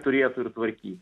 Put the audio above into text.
turėtų ir tvarkyt